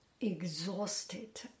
exhausted